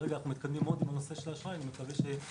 כרגע אנחנו מתקדמים מאוד בנושא האשראי ואני מקווה שבימים